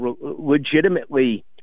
legitimately